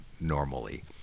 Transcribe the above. normally